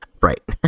Right